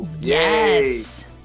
Yes